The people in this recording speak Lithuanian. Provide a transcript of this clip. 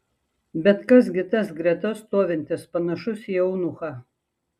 bet kas gi tas greta stovintis panašus į eunuchą